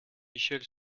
michel